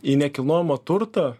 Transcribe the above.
į nekilnojamą turtą